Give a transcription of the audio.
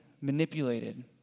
manipulated